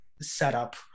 setup